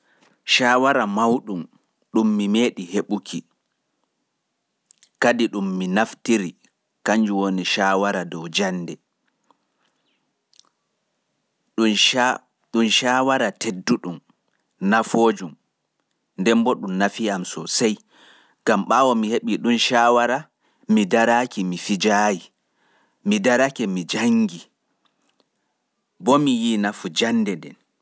Shawara mauɗun ɗun mi meeɗi heɓuki kadi ɗun mi naftiri kanjun woni shawara dow jannde. Ɗun shawara tedduɗun nafoojun nafi'am sosai, gam ɓaawo mi heɓi ɗun shawara mi daraki mi fijaayi, mi darake mi janngi bo mi yi nafu jande nden.